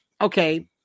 okay